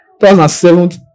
2007